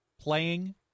playing